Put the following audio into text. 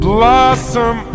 Blossom